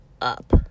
up